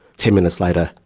ten minutes later,